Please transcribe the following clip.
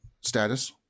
status